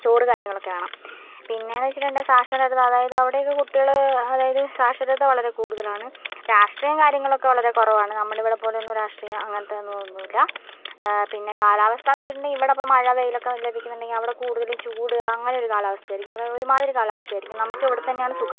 ചോറ് കാര്യങ്ങളൊക്കെ വേണം പിന്നെ എന്ന് വെച്ചിട്ടുണ്ടെങ്കിൽ സാക്ഷരത അതായത് അവിടെയൊക്കെ കുട്ടികൾ അതായത് സാക്ഷരത വളരെ കൂടുതലാണ് രാഷ്ട്രീയം കാര്യങ്ങളൊക്കെ വളരെ കുറവാണ് നമ്മുടെ ഇവിടെ പോലെയൊന്നും രാഷ്ട്രീയം അങ്ങനത്തെ ഒന്നും ഒന്നുമില്ല പിന്നെ കാലാവസ്ഥ എന്ന് വെച്ചിട്ടുണ്ടെങ്കിൽ ഇവിടെ ഇപ്പം മഴ വെയിലൊക്കെ ലഭിക്കുന്നുണ്ടെങ്കിൽ അവിടെ കൂടുതലും ചൂട് അങ്ങനെ ഒരു കാലാവസ്ഥയായിരിക്കും അതായത് ഒരുമാതിരി കാലാവസ്ഥ ആയിരിക്കും നമുക്കിവിടെത്തന്നെയാണ് സുഖം